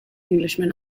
englishman